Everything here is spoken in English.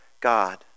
God